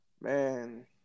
man